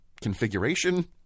configuration